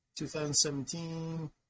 2017